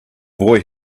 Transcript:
boy